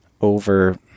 over